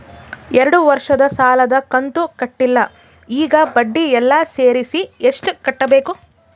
ಎರಡು ವರ್ಷದ ಸಾಲದ ಕಂತು ಕಟ್ಟಿಲ ಈಗ ಬಡ್ಡಿ ಎಲ್ಲಾ ಸೇರಿಸಿ ಎಷ್ಟ ಕಟ್ಟಬೇಕು?